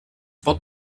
pot